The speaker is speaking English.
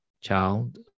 child